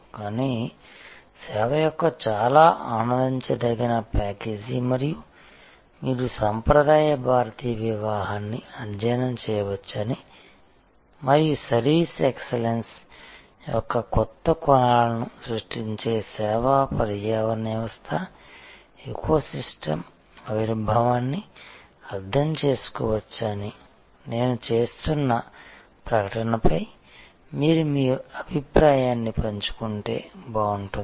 కానీ సేవ యొక్క చాలా ఆనందించదగిన ప్యాకేజీ మరియు మీరు సాంప్రదాయ భారతీయ వివాహాన్ని అధ్యయనం చేయవచ్చని మరియు సర్వీస్ ఎక్సలెన్స్ యొక్క కొత్త కోణాలను సృష్టించే సేవా పర్యావరణ వ్యవస్థ ఎకోసిస్టం ఆవిర్భావాన్ని అర్థం చేసుకోవచ్చని నేను చేస్తున్న ప్రకటనపై మీరు మీ అభిప్రాయాన్ని పంచుకుంటే బాగుంటుంది